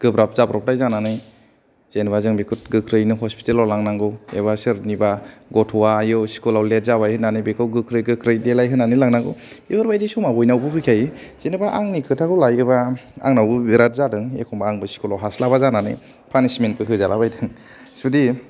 गोब्राब जाब्रबथाइ जानानै जेनेबा जों बेखौ गोख्रैयैनो हस्पितालाव लांनांगौ एबा सोरनिबा गथ'या आय' स्कुलाव लेट जाबाय होननानै बेखौ गोख्रै गोख्रै देलायहोनानै लांनागौ बेफोरबायदि समा बयनाबो फैखायो जेनेबा आंनि खोथाखौ लायोबा आंनावबो बिराद जादों एखनबा स्कुलाव आंबो हास्लाबा जानानै पानिसमेन होजालाबायदों जुदि